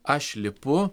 aš lipu